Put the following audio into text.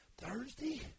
Thursday